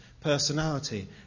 personality